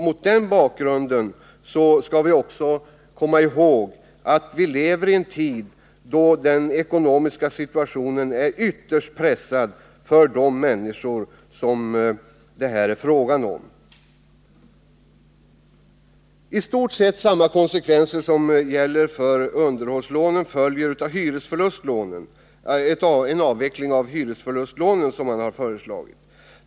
Men då skall vi komma ihåg att vi lever i en tid då den ekonomiska situationen är ytterst pressad för de människor som det här är fråga om. Konsekvenserna blir i stort sett desamma av underhållslånen som av en avveckling av hyresförlustlånen som regeringen föreslagit.